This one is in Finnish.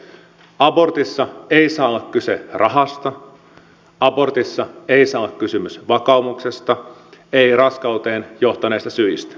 abortissa ei saa olla kyse rahasta abortissa ei saa olla kysymys vakaumuksesta ei raskauteen johtaneista syistä